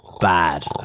bad